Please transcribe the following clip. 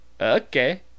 Okay